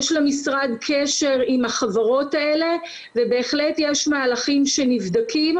יש למשרד קשר עם החברות האלה ובהחלט יש מהלכים שנבדקים.